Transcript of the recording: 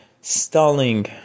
stalling